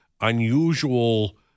unusual